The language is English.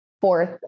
fourth